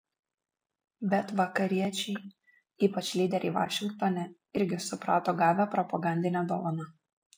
bet vakariečiai ypač lyderiai vašingtone irgi suprato gavę propagandinę dovaną